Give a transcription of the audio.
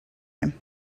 him